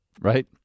right